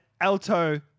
alto